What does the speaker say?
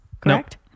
correct